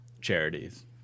charities